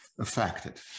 Affected